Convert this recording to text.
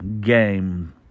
game